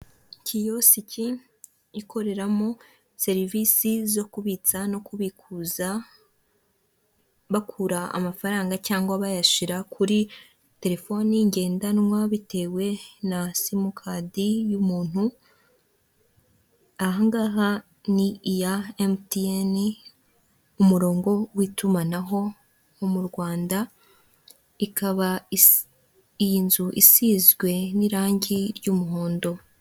Kiyoski ikoreramo serivisi zo kubica no kubikuza, bakura amafaranga cyangwa bayashira kuri telefoni ngendanwa bitewe na simukadi y'umuntu, aha ni iya emutiyeni umurongo w'itumanaho mu Rwanda ikaba izu isizwe n'irangi ry'umuhondo.